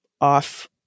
off